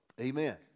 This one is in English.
Amen